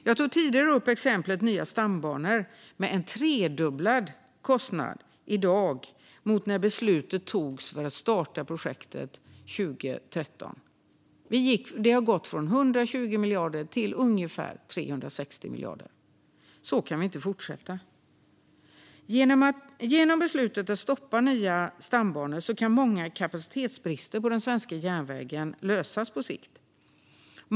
Jag tog tidigare upp exemplet med nya stambanor med en tredubblad kostnad i dag jämfört med när beslutet togs att starta projektet 2013. Det har gått från 120 miljarder kronor till ungefär 360 miljarder kronor. Så kan vi inte fortsätta. Genom beslutet att stoppa nya stambanor kan många kapacitetsbrister på den svenska järnvägen åtgärdas på sikt.